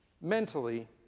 mentally